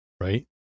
right